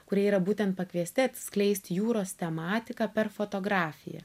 kurie yra būtent pakviesti atskleisti jūros tematiką per fotografiją